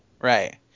Right